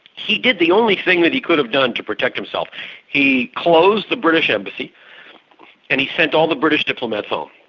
he did the only thing he could have done to protect himself he closed the british embassy and he sent all the british diplomats home.